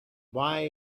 buy